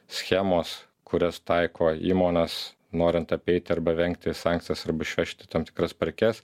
schemos kurias taiko įmonės norint apeiti arba rengti sankcijas arba išvežti tam tikras prekes